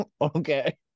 okay